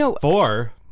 Four